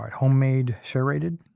um homemade serrated.